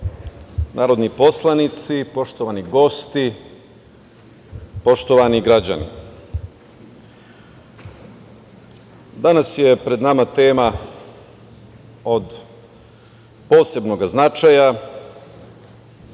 narodni poslanici, poštovani gosti, poštovani građani. Danas je pred nama tema od posebnog značaja